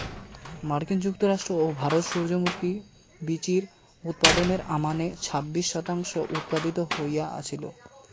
মার্কিন যুক্তরাষ্ট্র ও ভারত সূর্যমুখী বীচির উৎপাদনর আমানে ছাব্বিশ শতাংশ উৎপাদিত হয়া আছিল